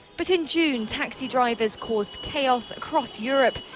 but in june taxi drivers caused chaos across europe,